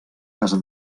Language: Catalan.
casa